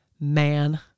man